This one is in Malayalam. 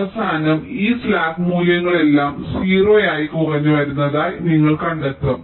അവസാനം ഈ സ്ലാക്ക് മൂല്യങ്ങളെല്ലാം 0 ആയി കുറഞ്ഞു വരുന്നതായി നിങ്ങൾ കണ്ടെത്തും